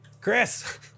Chris